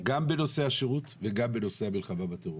גם בנושא השירות וגם בנושא המלחמה בטרור.